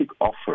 offer